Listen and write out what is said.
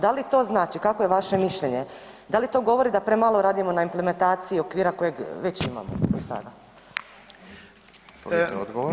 Da li to znači, kakvo je vaše mišljenje, da li to govori da premalo radimo na implementaciji okvira kojeg već imamo do sada?